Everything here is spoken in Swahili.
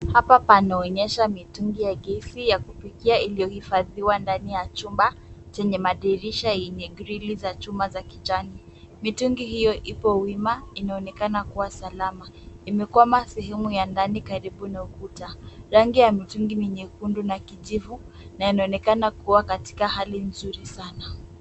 Hapa panaonyesha mitungi ya gesi ya kupikia iliyohifadhiwa ndani ya chumba chenye madirisha yenye grili za chuma za kijani. Mitungi hiyo ipo wima, inaonekana kuwa salama. Imekwama sehemu ya ndani karibu na ukuta. Rangi ya mitungi ni nyekundu na kijivu na yanaonekana kuwa katika hali nzuri sana.